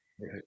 Right